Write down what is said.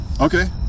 okay